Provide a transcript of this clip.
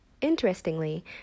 Interestingly